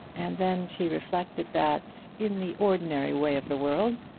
and then she reflected that, in the ordinary way of the world,